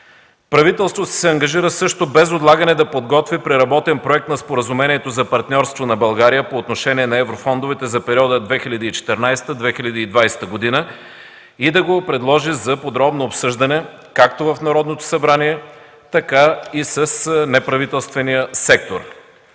Правителството се ангажира също без отлагане на подготви преработен проект на Споразумението за партньорство на България по отношение на еврофондовете за периода 2014-2020 г. и да го предложи за подробно обсъждане както в Народното събрание, така и с неправителствения сектор.